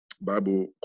Bible